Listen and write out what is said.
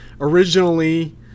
originally